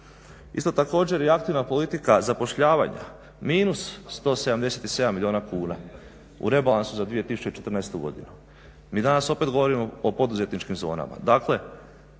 Isto također i aktivna politika zapošljavanja. Minus 177 milijuna kuna u rebalansu za 2014. godinu. Mi danas opet govorimo o poduzetničkim zonama.